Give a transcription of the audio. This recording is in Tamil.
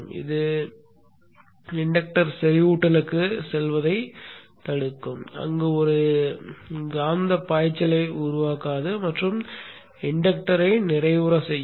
இது தூண்டல் செறிவூட்டலுக்குச் செல்வதைத் தடுக்கும் அங்கு ஒரு காந்தப் பாய்ச்சலை உருவாக்காது மற்றும் இண்டக்டரை நிறைவுறச் செய்யும்